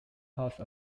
house